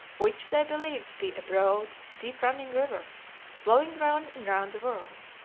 which they believed to be a broad, deep-running river flowing round and round the world.